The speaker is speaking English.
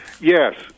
Yes